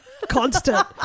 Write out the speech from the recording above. Constant